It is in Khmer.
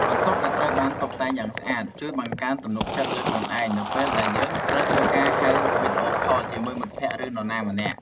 បន្ទប់ដែលត្រូវបានតុបតែងយ៉ាងស្អាត ជួយបង្កើនទំនុកចិត្តលើខ្លួនឯងនៅពេលដែលយើងត្រូវធ្វើការហៅវីដេអូខលជាមួយមិត្តភក្តិ ឬនរណាម្នាក់។